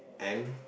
and